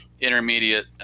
intermediate